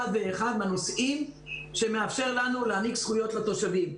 ואחד מהנושאים שמאפשר לנו להעניק זכויות לאזרחים.